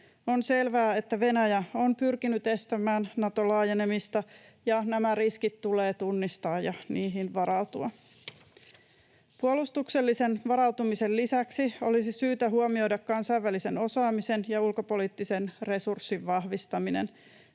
On selvää, että Venäjä on pyrkinyt estämään Naton laajenemista, ja nämä riskit tulee tunnistaa ja niihin varautua. Puolustuksellisen varautumisen lisäksi olisi syytä huomioida kansainvälisen osaamisen ja ulkopoliittisen resurssin vahvistaminen,